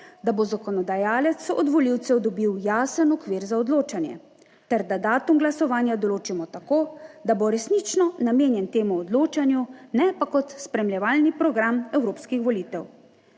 da bo zakonodajalec od volivcev dobil jasen okvir za odločanje ter da datum glasovanja določimo tako, da bo resnično namenjen temu odločanju, ne pa kot spremljevalni program evropskih volitev.